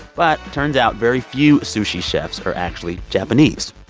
but turns out very few sushi chefs are actually japanese.